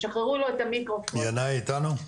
ינאי איתנו?